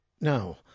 Now